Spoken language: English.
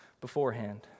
beforehand